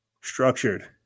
structured